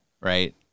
right